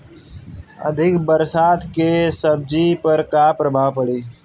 अधिक बरसात के सब्जी पर का प्रभाव पड़ी?